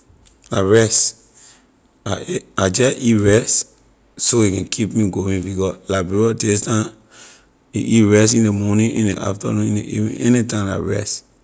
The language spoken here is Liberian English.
La rice I ate I jeh eat rice so a can keep me going because liberia this time you eat rice in ley morning in ley afternoon in ley evening anytime la rice.